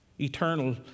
eternal